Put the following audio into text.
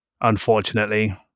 unfortunately